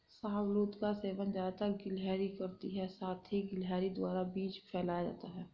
शाहबलूत का सेवन ज़्यादातर गिलहरी करती है साथ ही गिलहरी द्वारा बीज फैलाया जाता है